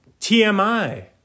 TMI